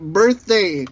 birthday